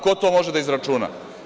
Ko to može da izračuna?